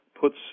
puts